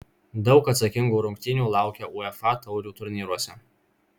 daug atsakingų rungtynių laukia uefa taurių turnyruose